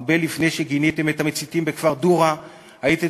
הרבה לפני שגיניתם את המציתים בכפר דומא הייתם